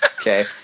Okay